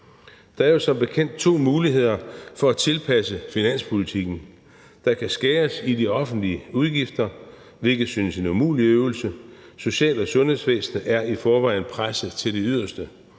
Der er jo som bekendt to muligheder for at tilpasse finanspolitikken: Der kan skæres i de offentlige udgifter, hvilket synes en umulig øvelse, da social- og sundhedsvæsenet i forvejen er presset til det yderste,